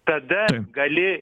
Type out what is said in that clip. tada gali